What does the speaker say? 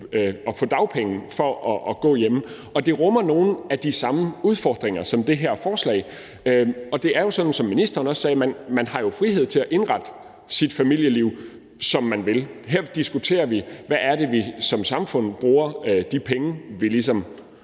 og få dagpenge for at gå hjemme, og det rummer nogle af de samme udfordringer som det her forslag. Det er jo, som ministeren også sagde, sådan, at man har frihed til at indrette sit familieliv, som man vil. Her diskuterer vi, hvad det er, vi som samfund bruger de penge, vi ligesom